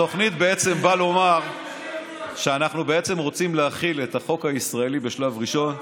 התוכנית באה לומר שאנחנו רוצים להחיל את החוק הישראלי בשלב ראשון,